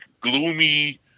gloomy